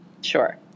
Sure